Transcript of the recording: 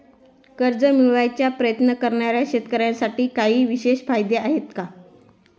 कर्ज मिळवण्याचा प्रयत्न करणाऱ्या शेतकऱ्यांसाठी काही विशेष फायदे आहेत का?